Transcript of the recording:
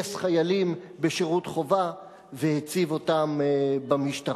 כשגייס חיילים בשירות חובה והציב אותם במשטרה.